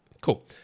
Cool